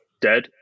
dead